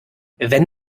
wenn